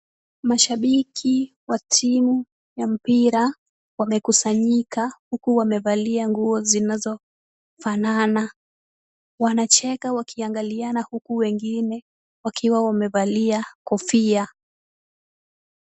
Mashabiki wa timu ya mpira wamekusanyika huku wamevalia nguo zinazofanana. Wanacheka wakiangaliana huku wengine wakiwa wamevalia kofia.